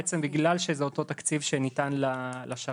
בעצם בגלל שזה אותו תקציב שניתן לשר"מיסטים,